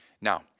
Now